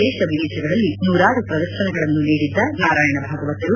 ದೇಶ ವಿದೇಶಗಳಲ್ಲಿ ನೂರಾರು ಪ್ರದರ್ಶನಗಳನ್ನು ನೀಡಿದ್ದ ನಾರಾಯಣ ಭಾಗವತರು